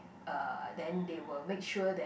uh then they will make sure that